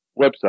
website